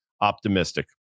optimistic